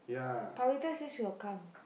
Pavithra say she will come